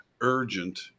Urgent